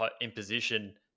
imposition